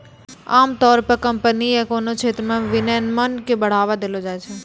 आमतौर पे कम्पनी या कोनो क्षेत्र मे विनियमन के बढ़ावा देलो जाय छै